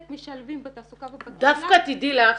משלבים בתעסוקה ובקהילה -- דווקא תדעי לך,